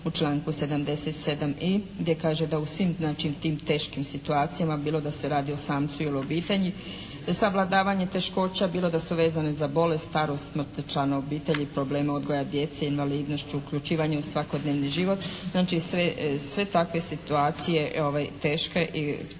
u članku 77.i gdje kaže da u svim znači tim teškim situacijama bilo da se radi o samcu ili obitelji, savladavanje teškoća bilo da su vezane za bolest, starost, smrt člana obitelji, probleme odgoja djece, invalidnošću, uključivanju u svakodnevni život, znači sve takve situacije teške i